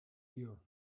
here